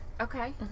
Okay